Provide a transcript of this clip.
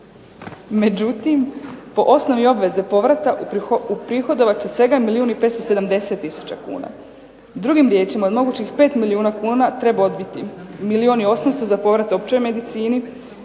Međutim, po osnovi obveze povrata uprihodovat će svega milijun i 570 tisuća kuna. Drugim riječima, od mogućih 5 milijuna kuna treba odbiti milijun i 800 za povrat općoj medicini,